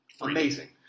amazing